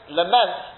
lament